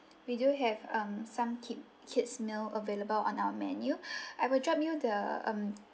we do have um some keep kid's meal available on our menu I will drop you the um